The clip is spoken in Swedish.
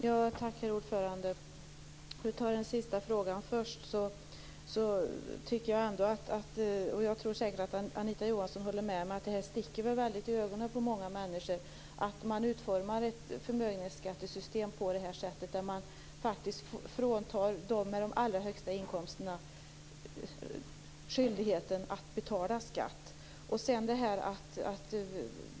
Herr talman! För att ta den sista frågan först tycker jag, och jag tror säkert att Anita Johansson håller med mig, att det sticker väldigt i ögonen på många människor när man utformar ett förmögenhetsskattesystem på det här sättet. Man fråntar ju dem med de allra högsta inkomsterna skyldigheten att betala skatt.